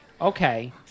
Okay